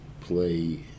play